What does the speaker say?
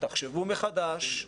תחשבו מחדש,